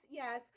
yes